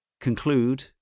conclude